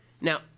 Now